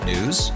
News